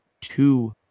two